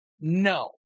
No